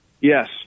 Yes